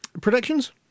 Predictions